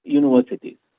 universities